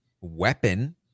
weapon